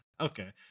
Okay